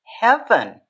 heaven